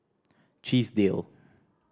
Chesdale